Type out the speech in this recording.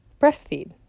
Breastfeed